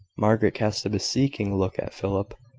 margaret cast a beseeching look at philip,